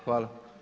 Hvala.